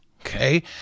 Okay